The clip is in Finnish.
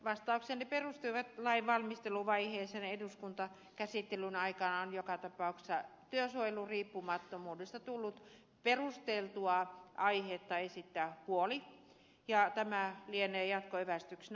vastauksenne perustuivat lain valmisteluvaiheeseen ja eduskuntakäsittelyn aikaan on joka tapauksessa työsuojelun riippumattomuudesta tullut perusteltua aihetta esittää huoli ja tämä lienee jatkoevästyksenä